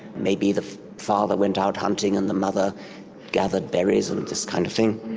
maybe the father went out hunting and the mother gathered berries and and this kind of thing.